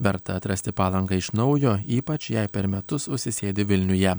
verta atrasti palangą iš naujo ypač jei per metus užsisėdi vilniuje